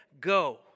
Go